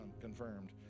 confirmed